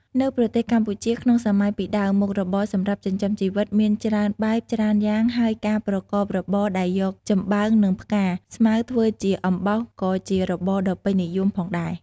នៅប្រទេសកម្ពុជាក្នុងសម័យពីដើមមុខរបរសម្រាប់ចិញ្ចឺមជីវិតមានច្រើនបែបច្រើនយ៉ាងហើយការប្រកបរបរដែលយកចំបើងនិងផ្កាស្មៅធ្វើជាអំបោសក៏ជារបរដ៏ពេញនិយមផងដែរ។